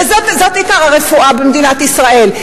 וזה עיקר הרפואה במדינת ישראל.